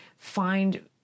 find